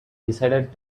decided